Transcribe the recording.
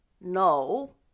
No